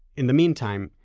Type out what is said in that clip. in the meantime,